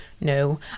no